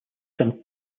some